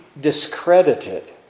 discredited